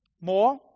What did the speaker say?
More